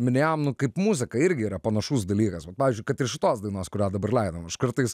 minėjom nu kaip muzika irgi yra panašus dalykas vat pavyzdžiui kad ir šitos dainos kurią dabar leidom aš kartais